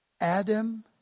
Adam